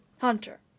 hunter